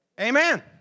Amen